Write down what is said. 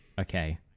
okay